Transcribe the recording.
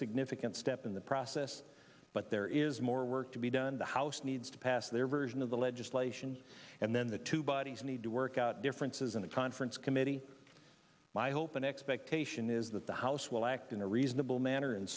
significant step in the process but there is more work to be done the house needs to pass their version of the legislation and then the two bodies need to work out differences in the conference committee my hope and expectation is that the house will act in a reasonable manner and